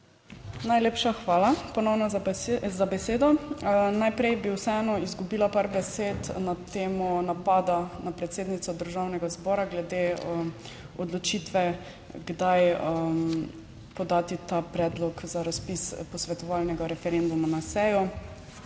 Najlepša hvala ponovno za besedo. Najprej bi vseeno izgubila par besed na temo napada na predsednico Državnega zbora, glede odločitve kdaj podati ta predlog za razpis posvetovalnega referenduma na sejo.